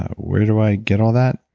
where do i get all that?